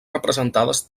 representades